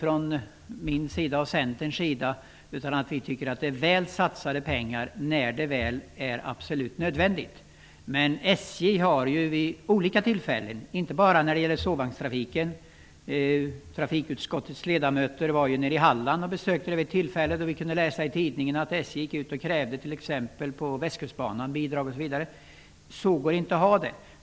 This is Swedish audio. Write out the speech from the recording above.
Jag och vi inom Centern tycker att de pengar som satsas när det är absolut nödvändigt är väl använda. SJ har dock vid olika tillfällen krävt bidrag inte bara för sovvagnstrafiken. Trafikutskottets ledamöter gjorde vid ett tillfälle ett besök i Halland och kunde då läsa i tidningen att SJ krävde bidrag för Västkustbanan. Så får det inte vara.